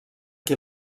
qui